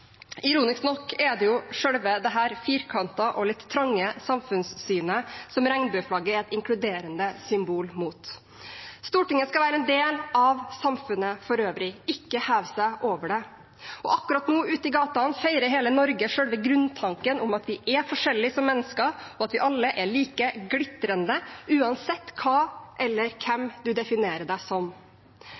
nok er det jo selve dette firkantede og litt trange samfunnssynet regnbueflagget er et inkluderende symbol mot. Stortinget skal være en del av samfunnet for øvrig, ikke heve seg over det. Akkurat nå, ute i gatene, feirer hele Norge selve grunntanken om at vi er forskjellige som mennesker, og at vi alle er like glitrende uansett hva eller hvem man definerer seg som.